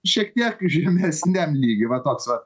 šiek tiek žemesniam lygy va toks va